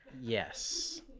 Yes